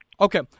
Okay